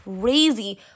crazy